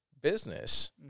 business